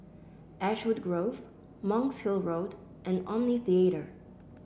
Ashwood Grove Monk's Hill Road and Omni Theatre